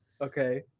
Okay